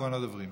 אחרון הדוברים.